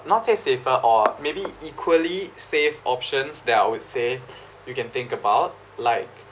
not say safer or maybe equally safe options that I would say you can think about like